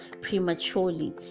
prematurely